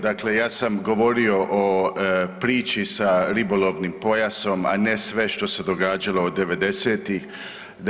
Dakle, ja sam govorio o priči sa ribolovnim pojasom, a ne sve što se događalo od '90.-tih.